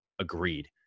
agreed